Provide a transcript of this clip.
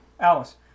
Alice